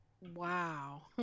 Wow